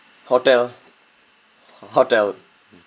hotel ho~ hotel